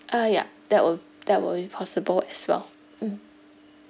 uh yeah that would that would be possible as well mmhmm